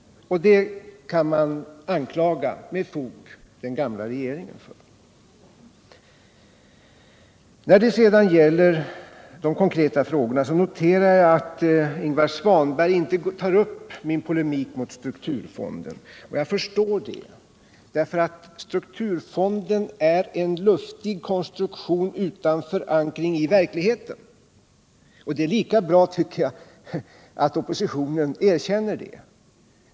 Detta kan man med fog anklaga den gamla regeringen för. Jag vill sedan notera att Ingvar Svanberg inte tar upp min polemik mot strukturfonden. Jag förstår det. Strukturfonden är en luftig konstruktion utan förankring i verkligheten. Jag tycker att det är lika bra att oppositionen erkänner detta.